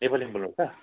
नेपालीमा बोल्नु हुन्छ